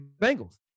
Bengals